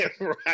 right